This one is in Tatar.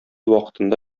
вакытында